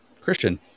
Christian